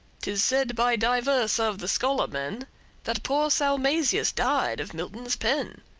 tis said by divers of the scholar-men that poor salmasius died of milton's pen.